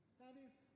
Studies